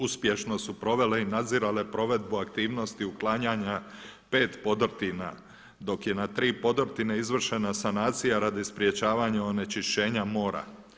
Uspješno su provele i nadzirale provedbu aktivnosti uklanjanja 5 podrtina dok je na 3 podrtine izvršena sanacija radi sprečavanja onečišćenja mora.